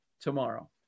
tomorrow